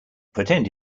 pretend